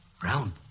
Brown